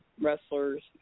Wrestlers